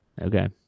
Okay